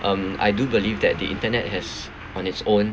um I do believe that the internet has on its own